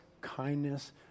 kindness